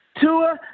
Tua